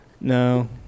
No